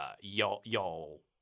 y'all